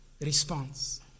response